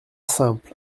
simple